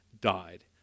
died